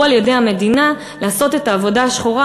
על-ידי המדינה לעשות את העבודה השחורה,